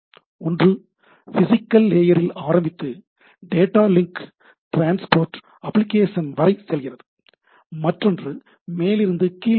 ஒன்று பிசிகல் லேயரில் ஆரம்பித்து டேட்டா லிங்க் டிரான்ஸ்போர்ட் அப்ளிகேஷன் வரை செல்கிறது மற்றொன்று மேலிருந்து கீழ் போகிறது